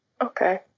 Okay